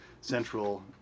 central